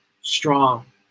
strong